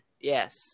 Yes